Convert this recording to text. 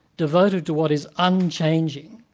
devoted to what is unchanging,